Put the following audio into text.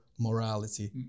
morality